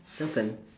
your turn